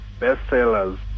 bestsellers